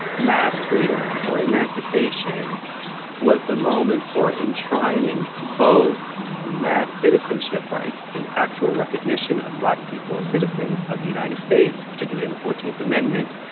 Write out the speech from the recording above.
mass freedom or emancipation was the moment for enshrining both mass citizenship rights, the actual recognition of black people as citizens of the united states, particularly in the fourteenth amendment,